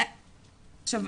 עכשיו,